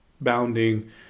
bounding